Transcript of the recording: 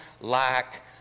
lack